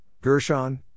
Gershon